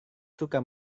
suka